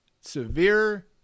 severe